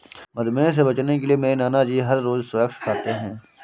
मधुमेह से बचने के लिए मेरे नानाजी हर रोज स्क्वैश खाते हैं